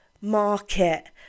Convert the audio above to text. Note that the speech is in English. market